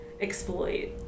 exploit